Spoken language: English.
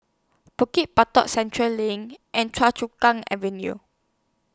Bukit Batok Central LINK and Choa Chu Kang Avenue